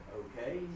okay